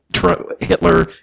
Hitler